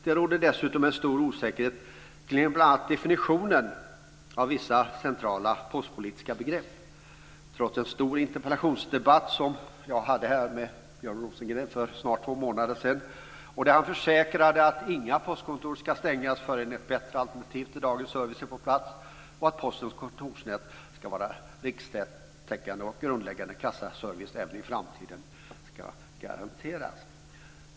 Det råder dessutom en stor osäkerhet kring bl.a. definitionen av vissa centrala postpolitiska begrepp. Jag hade en stor interpellations debatt här med Björn Rosengren för snart två månader sedan. Han försäkrade då att inga postkontor ska stängas förrän ett bättre alternativ till dagens service är på plats och att det ska garanteras att Postens kontorsnät ska vara rikstäckande och innebära grundläggande kassaservice även i framtiden.